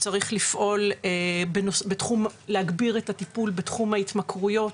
שצריך להגביר את הטיפול בתחום ההתמכרויות,